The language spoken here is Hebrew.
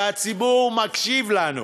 והציבור מקשיב לנו,